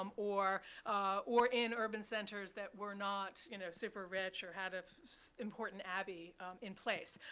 um or or in urban centers that were not you know super rich or had an important abbey in place,